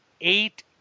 eight